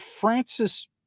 Francis